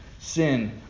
sin